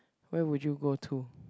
where would you go to